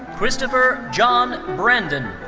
christopher john brandon.